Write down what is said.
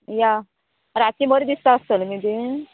या राती बरी दिसता आसतले न्ही ती